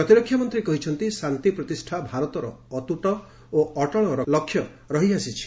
ପ୍ରତିରକ୍ଷା ମନ୍ତ୍ରୀ କହିଛନ୍ତି ଶାନ୍ତି ପ୍ରତିଷ୍ଠା ଭାରତର ଅତ୍ରୁଟ ଓ ଅଟଳ ଲକ୍ଷ୍ୟ ରହିଆସିଛି